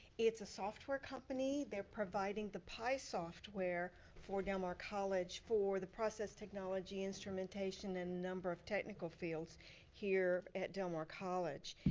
it's a software company. they're providing the pi software for del mar college for the process technology, instrumentation and a number of technical fields here at del mar college.